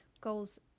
goals